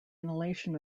inhalation